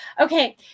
Okay